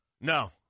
No